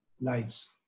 lives